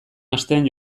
astean